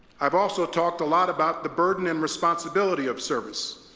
i've also talked a lot about the burden and responsibility of service,